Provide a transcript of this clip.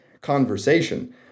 conversation